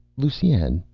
lusine,